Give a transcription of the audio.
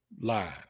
live